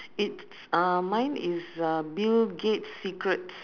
it's uh mine is uh bill gates' secrets